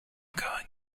going